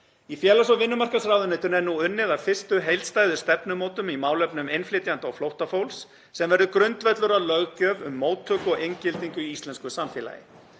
Í félags- og vinnumarkaðsráðuneytinu er nú unnið að fyrstu heildstæðu stefnumótun í málefnum innflytjenda og flóttafólks sem verður grundvöllur að löggjöf um móttöku og inngildingu í íslensku samfélagi.